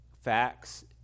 facts